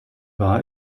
war